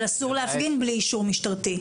אבל אסור להפגין בלי אישור משטרתי.